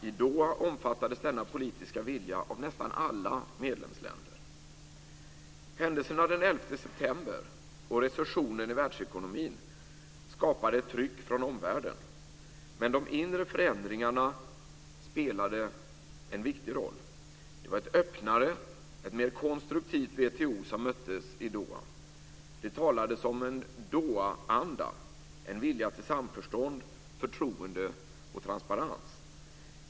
I Doha omfattades denna politiska vilja av nästan alla medlemsländer. Händelserna den 11 september och recessionen i världsekonomin skapade ett tryck från omvärlden. Men de inre förändringarna spelade en viktig roll. Det var ett öppnare och ett mer konstruktivt WTO som möttes i Doha. Det talades om en Dohaanda - en vilja till samförstånd, förtroende och transparens.